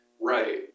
Right